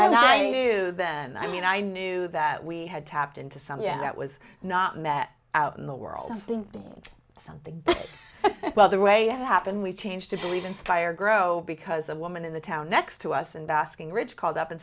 i then i mean i knew that we had tapped into some yeah that was not met out in the world and something well the way it happened we changed to believe in fire grow because a woman in the town next to us and basking ridge called up and